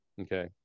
Okay